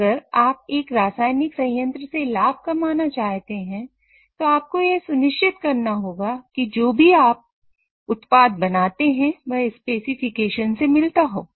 अब अगर आप एक रासायनिक संयंत्र से लाभ कमाना चाहते हैं तो आपको यह सुनिश्चित करना होगा कि जो भी उत्पाद आप बनाते हैं वह स्पेसिफिकेशन से मिलता हो